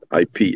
IP